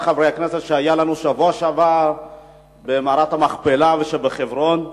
חברי כנסת בשבוע שעבר במערת המכפלה שבחברון.